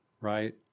right